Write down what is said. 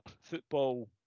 football